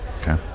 Okay